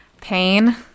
Pain